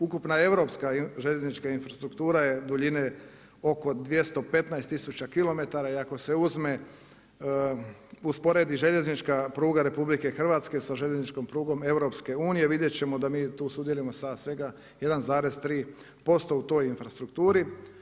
Ukupna europska željeznička infrastruktura je duljine oko 215 tisuća kilometara, i ako se usporedi željeznička pruga RH sa željezničkom prugom EU-a, vidjet ćemo da mi tu sudjelujemo sa svega 1,3% u toj infrastrukturi.